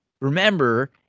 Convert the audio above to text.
remember